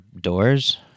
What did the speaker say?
doors